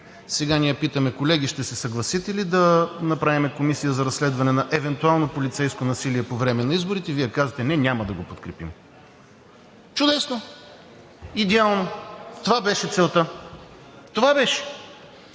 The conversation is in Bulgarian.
Сега ние питаме: „Колеги, ще се съгласите ли да направим комисия за разследване на евентуално полицейско насилие по време на изборите“, а Вие казвате: „Не, няма да го подкрепим!“ Чудесно, идеално! Това беше целта! Това беше!